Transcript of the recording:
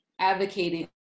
advocating